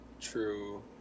True